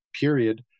period